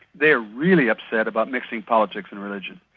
they are really upset about mixing politics and religion.